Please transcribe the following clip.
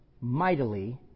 mightily